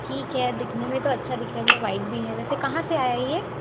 ठीक है दिखने में तो अच्छा दिख रहा है भईया व्हाइट भी है वैसे कहाँ से आया है ये